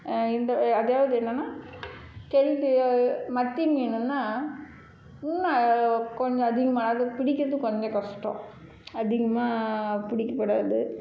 இந்த அதாவது என்னென்னா கெளுத்தி மத்தி மீன்ன்னா இன்னும் கொஞ்சம் அதிகமாக அது பிடிக்கிறது கொஞ்ச கஷ்டம் அதிகமாக பிடிக்கக்கூடாது